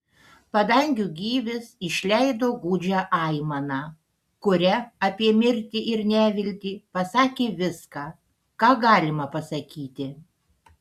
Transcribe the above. padangių gyvis išleido gūdžią aimaną kuria apie mirtį ir neviltį pasakė viską ką galima pasakyti